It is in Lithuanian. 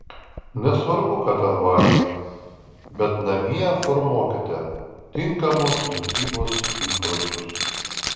nesvarbu ką ten valgė bent namie formuokite tinkamos mitybos įpročius